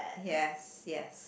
yes yes